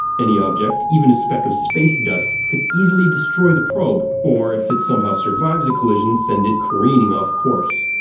any object even a speck of space dust could easily destroy the probe, or if it somehow survives a collision, send it careening off course.